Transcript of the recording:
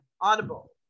Audible